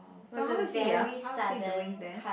so how is he ah how is he doing there